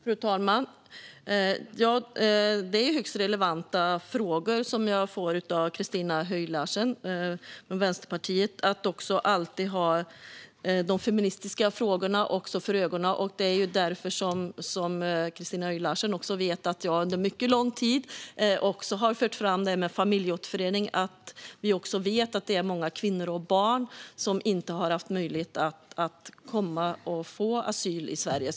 Fru talman! Det är högst relevanta frågor som jag får från Christina Höj Larsen från Vänsterpartiet. Vi ska alltid ha de feministiska frågorna för ögonen. Christina Höj Larsen vet att jag under lång tid har fört fram detta med familjeåterförening just för att vi vet att det är många kvinnor och barn som inte har haft möjlighet att få asyl i Sverige.